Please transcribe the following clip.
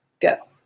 Go